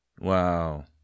Wow